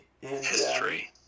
history